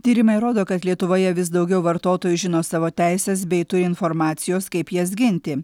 tyrimai rodo kad lietuvoje vis daugiau vartotojų žino savo teises bei turi informacijos kaip jas ginti